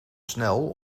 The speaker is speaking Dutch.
snel